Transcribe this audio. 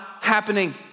happening